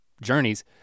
journeys